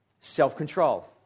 self-control